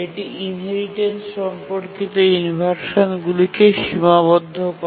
এটি ইনহেরিটেন্স সম্পর্কিত ইনভারসানগুলিকে সীমাবদ্ধ করে